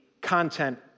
content